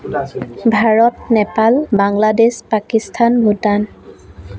Bharat Nepal Bangladesh Pakistan Bhutan